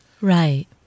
Right